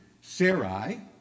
Sarai